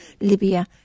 Libya